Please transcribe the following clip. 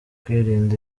kwirinda